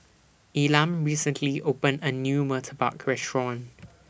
Elam recently opened A New Murtabak Restaurant